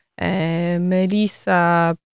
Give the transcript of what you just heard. Melissa